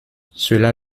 cela